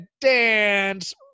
dance